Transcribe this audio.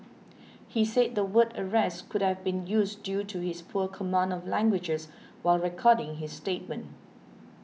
he said the word arrest could have been used due to his poor command of languages while recording his statement